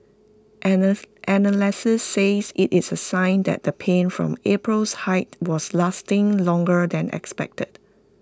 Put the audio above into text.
analysts says IT is A sign that the pain from April's hike was lasting longer than expected